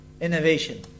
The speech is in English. innovation